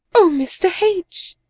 mr. h.